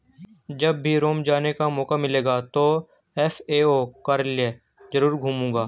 जब भी रोम जाने का मौका मिलेगा तो एफ.ए.ओ कार्यालय जरूर घूमूंगा